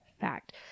fact